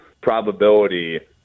probability